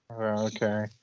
Okay